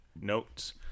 notes